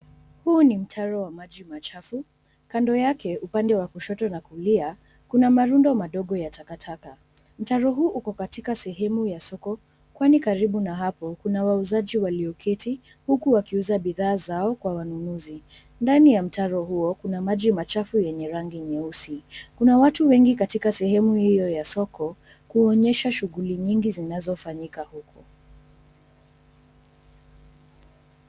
Huu ni mtaro wa maji machafu. Kando yake, upande wa kushoto na kulia, kuna marundo madogo ya takataka. Mtaro huu uko katika sehemu ya soko, kwani karibu na hapo kuna wauzaji walioketi, huku wakiuza bidhaa zao kwa wanunuzi. Ndani ya mtaro huo, kuna maji machafu yenye rangi nyeusi. Kuna watu wengi katika sehemu hiyo ya soko, kuonyesha shughuli nyingi zinazofanyika huko.